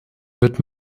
wird